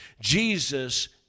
Jesus